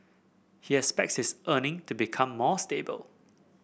he expects his earning to become more stable